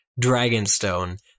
Dragonstone